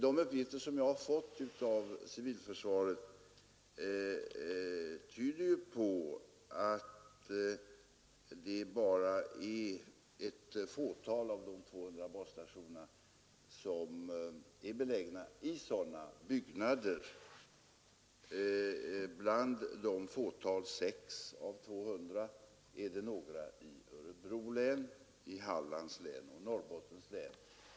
De uppgifter som jag fått av civilförsvaret tyder på att det bara är ett fåtal av de 200 basstationerna som är belägna i sådana byggnader. Av detta fåtal — sex av 200 — finns några i Örebro, Hallands och Norrbottens län.